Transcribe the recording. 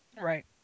Right